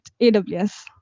AWS